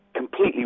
Completely